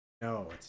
No